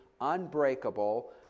unbreakable